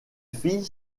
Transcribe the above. filles